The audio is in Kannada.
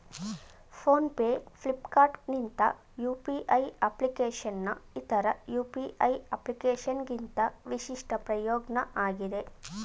ಫೋನ್ ಪೇ ಫ್ಲಿಪ್ಕಾರ್ಟ್ನಂತ ಯು.ಪಿ.ಐ ಅಪ್ಲಿಕೇಶನ್ನ್ ಇತರ ಯು.ಪಿ.ಐ ಅಪ್ಲಿಕೇಶನ್ಗಿಂತ ವಿಶಿಷ್ಟ ಪ್ರಯೋಜ್ನ ಆಗಿದೆ